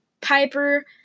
Piper